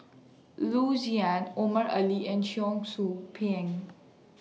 Loo Zihan Omar Ali and Cheong Soo Pieng